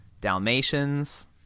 dalmatians